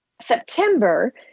September